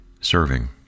serving